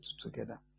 together